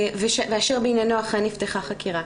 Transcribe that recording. ובעניינו אכן נפתחה חקירה.